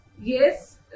Yes